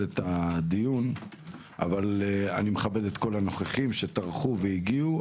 את הדיון אבל אני מכבד את כל הנוכחים שטרחו והגיעו,